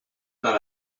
dans